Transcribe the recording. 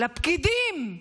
נותנים לפקידים.